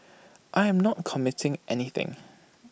I am not committing anything